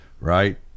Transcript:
Right